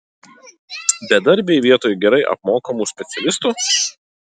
bedarbiai vietoj gerai apmokamų specialistų